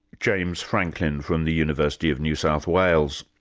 james franklin from the university of new south wales.